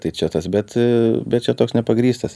tai čia tas bet bet čia toks nepagrįstas